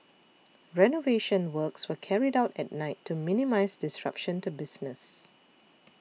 renovation works were carried out at night to minimise disruption to business